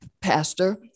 pastor